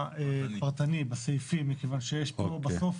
הפרטני בסעיפים מכיוון שבסוף,